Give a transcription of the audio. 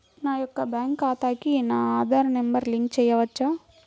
నా యొక్క బ్యాంక్ ఖాతాకి నా ఆధార్ నంబర్ లింక్ చేయవచ్చా?